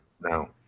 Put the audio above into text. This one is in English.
No